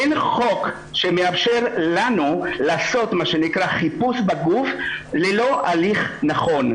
אין חוק שמאפשר לנו לעשות חיפוש בגוף ללא הליך נכון,